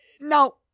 Now